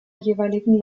jeweiligen